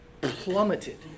plummeted